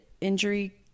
injury